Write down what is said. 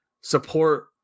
support